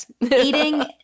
Eating